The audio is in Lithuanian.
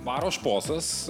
baro šposas